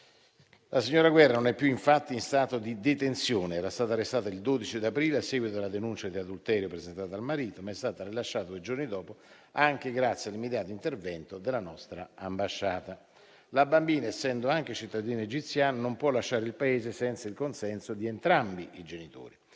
La signora Guerra infatti non è più in stato di detenzione: era stata arrestata il 12 aprile a seguito della denuncia di adulterio presentata dal marito, ma è stata rilasciata due giorni dopo anche grazie all'immediato intervento della nostra ambasciata. La bambina, essendo anche cittadina egiziana, non può lasciare il Paese senza il consenso di entrambi i genitori.